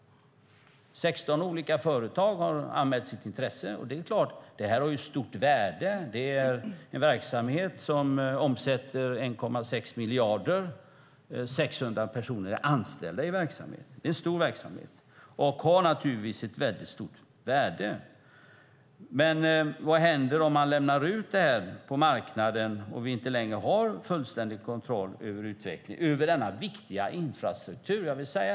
16 olika företag har anmält sitt intresse. Och det är klart att det här har ett stort värde. Det är en verksamhet som omsätter 1,6 miljarder, och 600 personer är anställda i verksamheten. Det är en stor verksamhet och har naturligtvis ett väldigt stort värde. Men vad händer om man lämnar ut den här verksamheten till marknaden och vi inte längre har fullständig kontroll över denna viktiga infrastruktur?